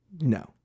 No